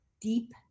deep